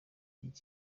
cy’iki